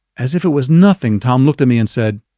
as if it was nothing, tom looked at me and said,